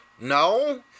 No